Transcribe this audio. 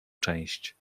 cześć